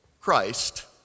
Christ